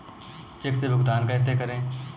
Check से भुगतान कैसे करें?